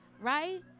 right